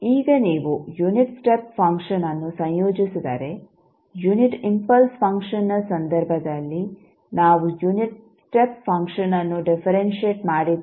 ಈಗ ನೀವು unit step ಫಂಕ್ಷನ್ಅನ್ನು ಸಂಯೋಜಿಸಿದರೆ ಯುನಿಟ್ ಇಂಪಲ್ಸ್ ಫಂಕ್ಷನ್ನ ಸಂದರ್ಭದಲ್ಲಿ ನಾವು ಯುನಿಟ್ ಸ್ಟೆಪ್ ಫಂಕ್ಷನ್ ಅನ್ನು ಡಿಫರೆಂಶಿಯೆಟ್ ಮಾಡಿದ್ದೇವೆ